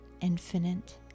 infinite